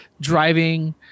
driving